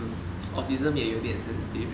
mm autism 也有点 sensitive eh